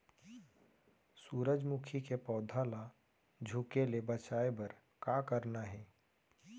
सूरजमुखी के पौधा ला झुके ले बचाए बर का करना हे?